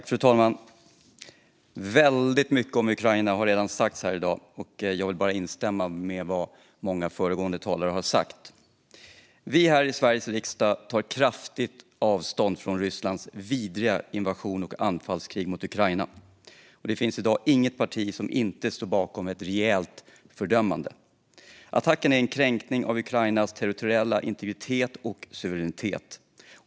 Fru talman! Väldigt mycket om Ukraina har redan sagts här i dag, och jag vill bara instämma i vad många föregående talare har sagt. Vi här i Sveriges riksdag tar kraftigt avstånd från Rysslands vidriga invasion och anfallskrig mot Ukraina. Det finns i dag inget parti som inte står bakom ett rejält fördömande. Attacken är en kränkning av Ukrainas territoriella integritet och suveränitet.